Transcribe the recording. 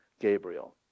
Gabriel